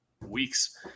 weeks